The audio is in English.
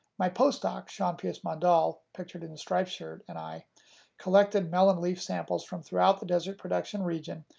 my postdoc, shaonpius mondal, pictured in the striped shirt, and i collected melon leaf samples from throughout the desert production region,